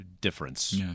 difference